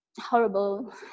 horrible